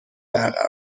برقرار